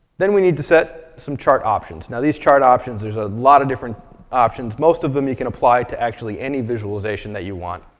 then we need to set some chart options. now these chart options, there's a lot of different options. most of them you can apply to actually any visualization that you want.